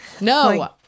No